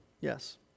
Yes